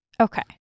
Okay